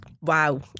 wow